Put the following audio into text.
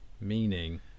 meaning